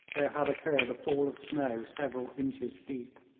there had occurred a fall of snow several inches deep.